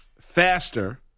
faster